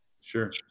Sure